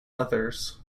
others